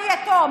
אני יתום.